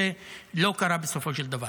זה לא קרה בסופו של דבר.